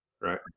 right